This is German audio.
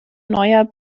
neuer